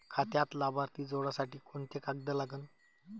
खात्यात लाभार्थी जोडासाठी कोंते कागद लागन?